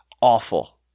Awful